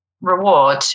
reward